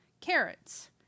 carrots